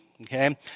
okay